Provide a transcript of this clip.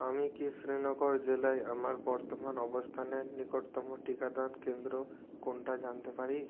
আমি কি শ্রীনগর জেলায় আমার বর্তমান অবস্থানের নিকটতম টিকাদান কেন্দ্র কোনটা জানতে পারি